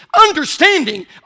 understanding